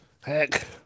heck